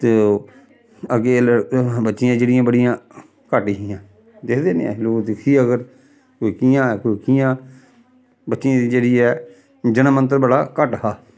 ते ओह् अग्गें लड़ बच्चियां जेह्ड़ियां बड़ियां घट्ट हियां दिखदे निं है हे लोक दिक्खी अगर कोई कि'यां कोई कि'यां बच्चियें दी जेह्ड़ी ऐ जनम अंतर बड़ा घट्ट हा